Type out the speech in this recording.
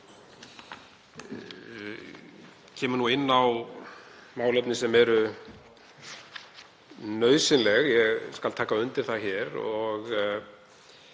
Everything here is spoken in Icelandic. kemur inn á málefni sem eru nauðsynleg, ég skal taka undir það hér.